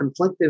conflictive